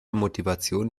motivation